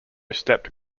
stepped